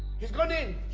he's gone in!